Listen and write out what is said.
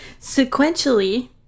Sequentially